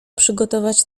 przygotować